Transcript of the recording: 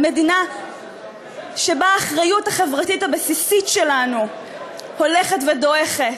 במדינה שבה האחריות החברתית הבסיסית שלנו הולכת ודועכת.